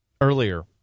earlier